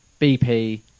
BP